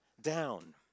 down